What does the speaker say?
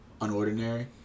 Unordinary